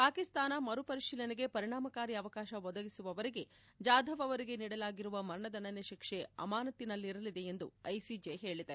ಪಾಕಿಸ್ತಾನ ಮರುಪರಿಶೀಲನೆಗೆ ಪರಿಣಾಮಕಾರಿ ಅವಕಾಶ ಒದಗಿಸುವವರೆಗೆ ಜಾಧವ್ ಅವರಿಗೆ ನೀಡಲಾಗಿರುವ ಮರಣದಂಡನೆ ಶಿಕ್ಷೆ ಅಮಾನತ್ತಿನಲ್ಲಿರಲಿದೆ ಎಂದು ಐಸಿಜೆ ಹೇಳಿದೆ